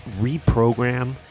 Reprogram